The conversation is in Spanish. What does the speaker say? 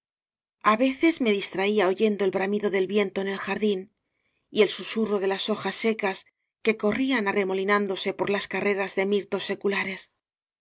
pa lacio aveces me distraía oyendo el bramido del viento en el jardín y el susurro de las hojas secas que corrían arremolinándose por las carreras de mirtos seculares